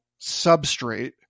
substrate